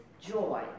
joy